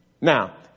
Now